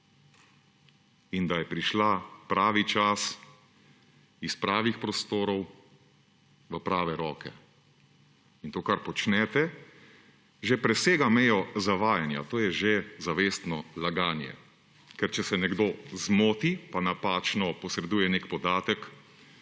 in da je prišla pravi čas iz pravih prostorov v prave roke. To, kar počnete, že presega mejo zavajanja, to je že zavestno laganje. Kar če se nekdo zmoti pa napačno posreduje nek podatek,